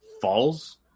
falls